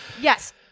Yes